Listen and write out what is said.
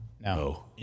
No